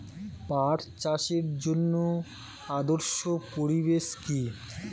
পাট চাষের জন্য আদর্শ পরিবেশ কি?